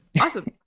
Awesome